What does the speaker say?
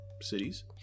cities